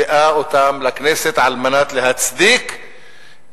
הנתונים שהיא מביאה לכנסת על מנת להצדיק את